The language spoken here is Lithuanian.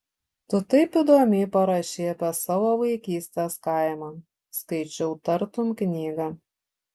tu taip įdomiai parašei apie savo vaikystės kaimą skaičiau tartum knygą